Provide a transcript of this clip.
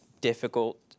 difficult